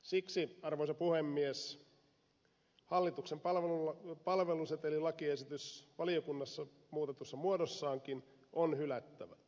siksi arvoisa puhemies hallituksen palvelusetelilakiesitys valiokunnassa muutetussa muodossaankin on hylättävä